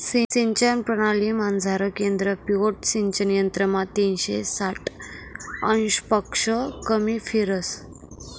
सिंचन परणालीमझारलं केंद्र पिव्होट सिंचन यंत्रमा तीनशे साठ अंशपक्शा कमी फिरस